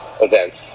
events